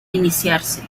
iniciarse